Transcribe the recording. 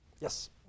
Yes